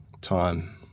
Time